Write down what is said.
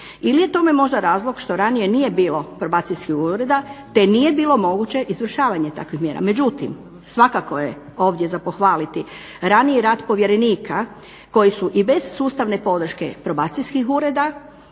Ili je tome možda razlog što ranije nije bilo probacijskih ureda, te nije bilo moguće izvršavanje takvih mjera. Međutim, svakako je ovdje za pohvaliti raniji rad povjerenika koji su i bez sustavne podrške probacijskih ureda,